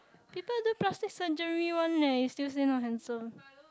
people do plastic surgery one leh you still say not handsome